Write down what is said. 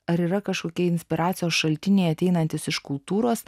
ar yra kažkokie inspiracijos šaltiniai ateinantys iš kultūros